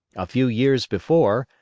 a few years before,